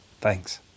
Thanks